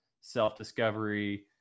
self-discovery